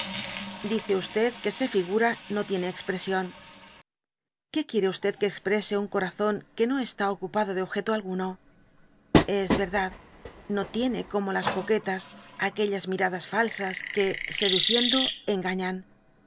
dice que su figura no tiene expresión que quiere que exprese un corazón que no está ocupado de objeto alguno es verdad no tiene como las coquetas aquellas miradas falsas que seduciendo